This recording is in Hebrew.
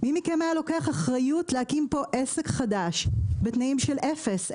מי מכם היה לוקח אחריות להקים פה עסק חדש בתנאים של אפס ודאות?